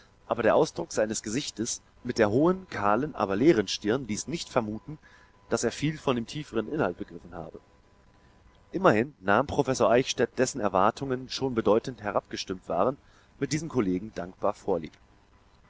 aber der ausdruck seines gesichts mit der hohen kahlen aber leeren stirn ließ nicht vermuten daß er viel von dem tieferen inhalt begriffen habe immerhin nahm professor eichstädt dessen erwartungen schon bedeutend herabgestimmt waren mit diesem kollegen dankbar vorlieb